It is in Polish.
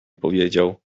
powiedział